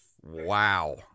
Wow